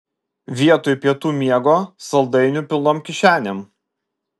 vietoj pietų miego saldainių pilnom kišenėm